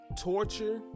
torture